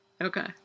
Okay